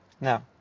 Now